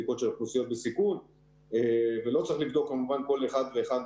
בדיקות של אוכלוסיות בסיכון ולא צריך לבדוק כמובן כל אחד ואחד